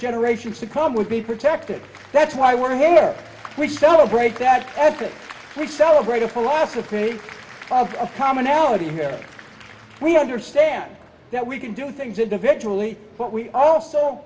generations to come would be protected that's why we're here which celebrate that ethic we celebrate a philosophy of commonality here we understand that we can do things individually but we also